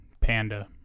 Panda